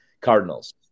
Cardinals